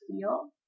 feel